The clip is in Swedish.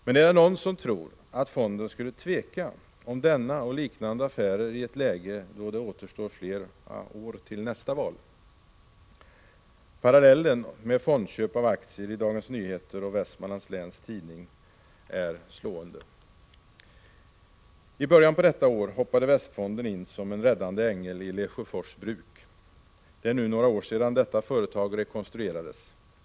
Men är det någon som tror, att fonden skulle tveka om denna och liknande affärer i ett läge då det återstår fler år till nästa val? Parallellen med fondköp av aktier i Dagens Nyheter och Västmanlands Läns Tidning är slående. I början på detta år hoppade Västfonden in som en räddande ängel i Lesjöfors Bruk. Det är nu några år sedan detta företag rekonstruerades.